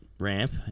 ramp